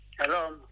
Hello